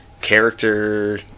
character